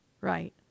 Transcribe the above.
Right